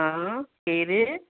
हां केरु